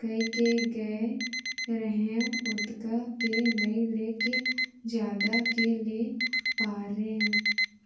कइके गए रहेंव ओतका के नइ लेके जादा के ले पारेंव